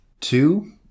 two